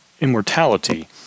immortality